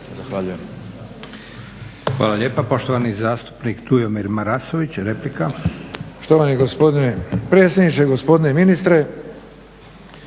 Zahvaljujem.